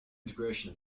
integration